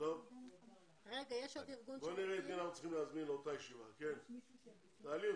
אני אשמח להציף